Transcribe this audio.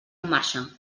marxa